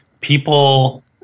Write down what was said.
people